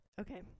Okay